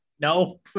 no